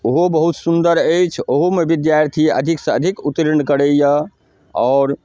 ओहो बहुत सुंदर अछि ओहोमे विद्यार्थी अधिक से अधिक उत्तीर्ण करैए आओर